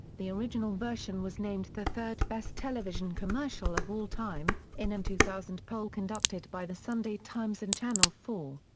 the original version was named the third best television commercial of all time, in an two thousand poll conducted by the sunday times and channel four.